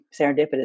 serendipitous